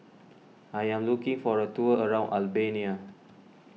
I am looking for the tour around Albania